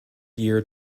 year